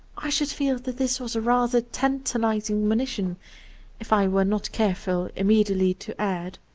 i should feel that this was a rather tantalizing monition if i were not careful immediately to add,